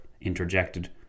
interjected